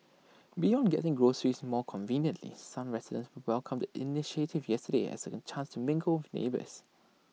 beyond getting groceries more conveniently some residents welcomed the initiative yesterday as A an chance to mingle with neighbours